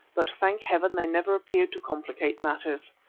but thank heaven they never appeared to complicate matters.